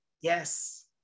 Yes